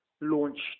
launched